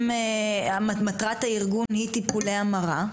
שמטרת הארגון היא טיפולי המרה,